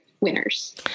winners